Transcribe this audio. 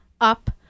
up